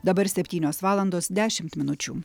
dabar septynios valandos dešimt minučių